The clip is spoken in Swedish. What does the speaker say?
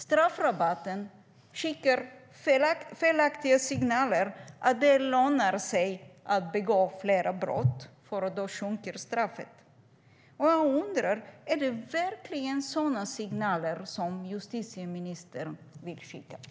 Straffrabatten skickar felaktiga signaler att det lönar sig att begå flera brott, för då sjunker straffet. Är det verkligen sådana signaler som justitieministern vill skicka?